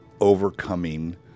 overcoming